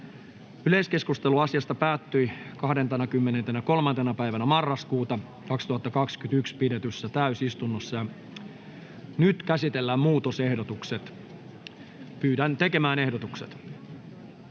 Yleiskeskustelu asiasta päättyi 23.11.2021 pidetyssä täysistunnossa. Nyt käsitellään muutosehdotukset. [Speech 2] Speaker: